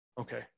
Okay